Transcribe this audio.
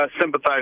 sympathize